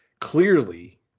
clearly